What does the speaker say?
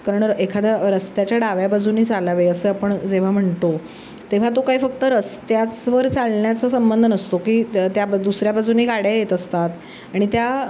कारण एखाद्या रस्त्याच्या डाव्या बाजूने चालावे असे आपण जेव्हा म्हणतो तेव्हा तो काही फक्त रस्त्याचवर चालण्याचा संबंध नसतो की त्या ब दुसऱ्या बाजूने गाड्या येत असतात आणि त्या